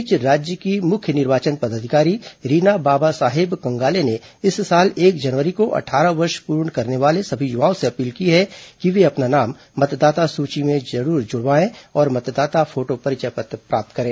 इस बीच राज्य के मुख्य निर्वाचन पदाधिकारी रीना बाबा साहेब कंगाले ने इस साल एक जनवरी को अट्ठारह वर्ष पूर्ण करने वाले ॅसभी युवाओं से अपील की है कि वे अपना नाम मतदाता सूची में जरूर जुड़वाए और मतदाता फोटो परिचय पत्र प्राप्त करें